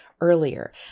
earlier